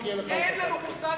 אין לנו מושג,